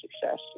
success